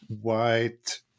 white